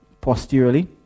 posteriorly